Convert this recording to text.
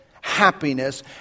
happiness